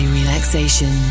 relaxation